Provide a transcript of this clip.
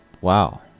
wow